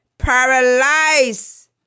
Paralyze